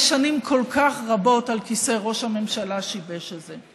אולי שנים כל כך רבות על כיסא ראש הממשלה שיבשו את זה.